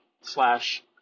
slash